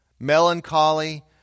melancholy